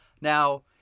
Now